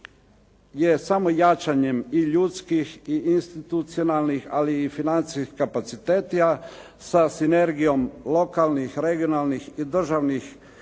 je samo jačanjem i ljudskih i institucionalnih, ali i financijskih kapaciteta sa sinergijom lokalnih, regionalnih i državnih